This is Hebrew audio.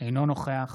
אינו נוכח